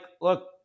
look